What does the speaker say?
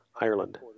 Ireland